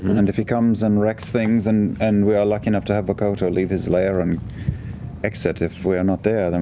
and if he comes and wrecks things and and we are lucky enough to have vokodo leave his lair and exit, if we are not there,